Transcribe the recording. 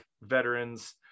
veterans